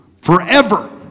Forever